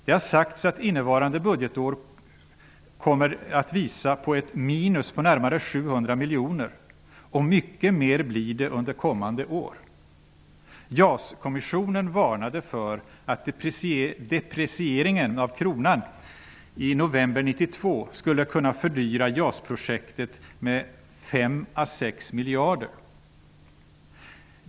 Det har sagts att innevarande budgetår kommer att visa på ett minus på närmare 700 miljoner, och mycket mer blir det under kommande år. JAS-kommissionen varnade för att deprecieringen av kronan i november 1992 skulle kunna fördyra JAS-projektet med 5 à 6 miljarder.